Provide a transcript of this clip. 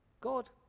God